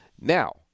Now